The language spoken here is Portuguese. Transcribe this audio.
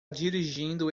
dirigindo